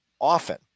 often